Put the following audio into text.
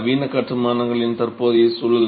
நவீன கட்டுமானங்களின் தற்போதைய சூழல்